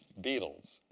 beetles.